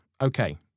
Okay